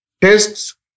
tests